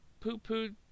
poo-pooed